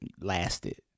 lasted